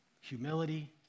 Humility